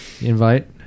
invite